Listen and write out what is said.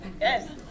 Yes